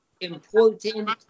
important